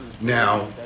Now